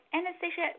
Anastasia